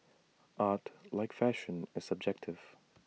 art like fashion is subjective